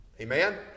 Amen